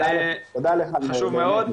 חשוב מאוד.